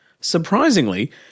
Surprisingly